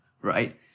right